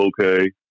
okay